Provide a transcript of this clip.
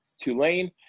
Tulane